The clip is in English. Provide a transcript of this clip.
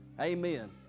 Amen